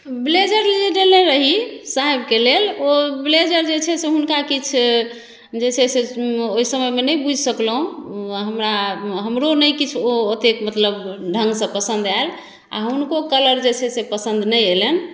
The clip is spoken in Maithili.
ब्लेजर लेल देले रही साहेबके लेल ओ ब्लेजर जे छै से हुनका किछु जे छै से ओइ समयमे नहि बुझि सकलहुँ ओ हमरा हमरो नहि किछु ओ ओतेक मतलब ढङ्गसँ पसन्द आयल आ हुनको कलर जे छै से पसन्द नहि अयलनि